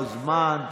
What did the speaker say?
בזמן,